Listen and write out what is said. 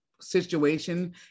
situation